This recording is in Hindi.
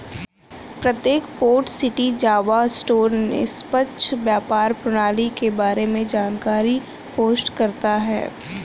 प्रत्येक पोर्ट सिटी जावा स्टोर निष्पक्ष व्यापार प्रणाली के बारे में जानकारी पोस्ट करता है